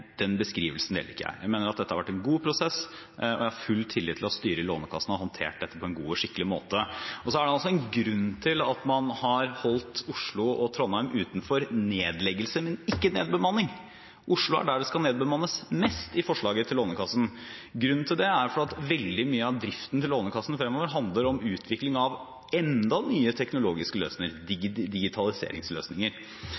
Den beskrivelsen deler ikke jeg. Jeg mener at dette har vært en god prosess, og jeg har full tillit til at styret i Lånekassen har håndtert dette på en god og skikkelig måte. Så er det altså en grunn til at man har holdt Oslo og Trondheim utenfor nedleggelse – men ikke nedbemanning. Oslo er der det skal nedbemannes mest i forslaget til Lånekassen. Grunnen til det er at veldig mye av driften til Lånekassen fremover handler om utvikling av enda noen nye teknologiske